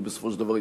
יהיה בסופו של דבר,